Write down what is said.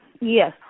Yes